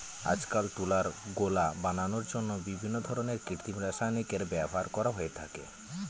আজকাল তুলার গোলা বানানোর জন্য বিভিন্ন ধরনের কৃত্রিম রাসায়নিকের ব্যবহার করা হয়ে থাকে